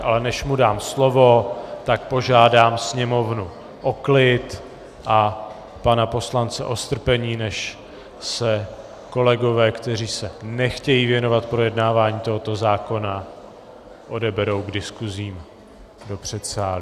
Ale než mu dám slovo, tak požádám sněmovnu o klid a pana poslance o strpení, než se kolegové, kteří se nechtějí věnovat projednávání tohoto zákona, odeberou k diskusím do předsálí....